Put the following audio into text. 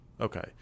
Okay